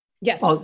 Yes